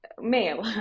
male